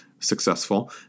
Successful